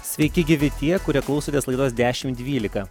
sveiki gyvi tie kurie klausotės laidos dešimt dvylika